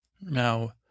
now